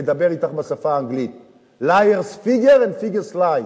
אדבר בשפה האנגלית: Liars figure and figures lie.